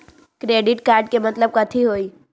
Credit card के मतलब कथी होई?